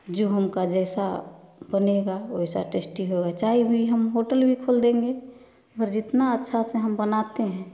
जो हमका जैसा बनेगा वैसा टेस्टी होगा चाहे भी हम होटल भी खोल देंगे और जितना अच्छा से हम बनाते हैं